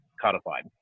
codified